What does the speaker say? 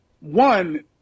one